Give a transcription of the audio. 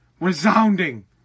Resounding